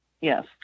Yes